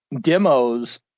demos